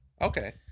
Okay